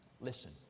listen